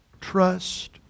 trust